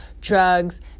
drugs